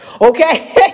Okay